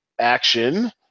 action